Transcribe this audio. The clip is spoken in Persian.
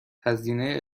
هزینه